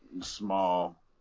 small